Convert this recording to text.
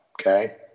Okay